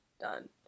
done